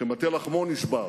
שמטה לחמו נשבר,